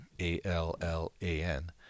A-L-L-A-N